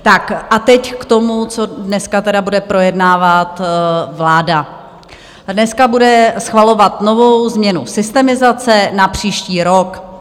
Tak a teď k tomu, co dnes tedy bude projednávat vláda dnes bude schvalovat novou změnu systemizace na příští rok.